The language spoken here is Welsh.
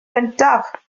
gyntaf